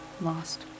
lost